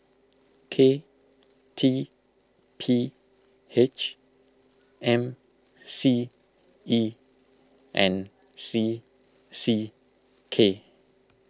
K T P H M C E and C C K